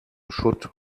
should